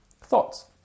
Thoughts